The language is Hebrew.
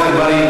אתה רואה?